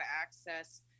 access